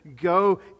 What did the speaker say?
go